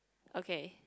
okay